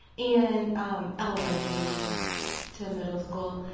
and um elementary to middle school.